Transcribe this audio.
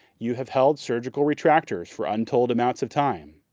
you have held surgical retractors for untold amounts of time.